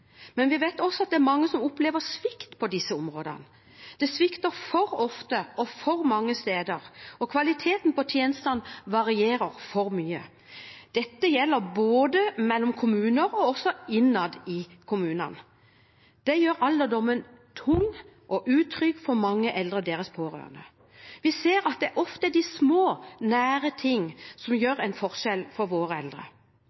men vi vet også at det er mange som opplever svikt på disse områdene. Det svikter for ofte og for mange steder, og kvaliteten på tjenestene varierer for mye. Dette gjelder både mellom kommuner og innad i kommuner. Det gjør alderdommen tung og utrygg for mange eldre og deres pårørende. Vi ser at det ofte er de små, nære ting som